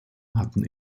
hatten